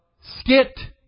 skit